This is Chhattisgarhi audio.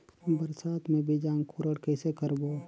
बरसात मे बीजा अंकुरण कइसे करबो?